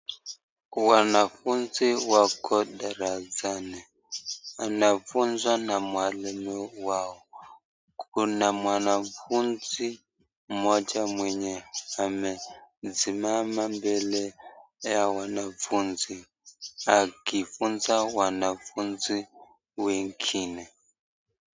Wanafunzi wako darasani. Wanafunzwa na mwalimu wao. Kuna mwanafunzi mmoja mwenye amesimama mbele ya wanafunzi akifunza wanafunzi wengine.